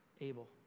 Abel